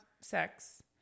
sex